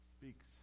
speaks